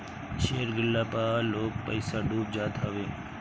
share गिरला पअ लोग के पईसा डूब जात हवे